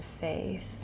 faith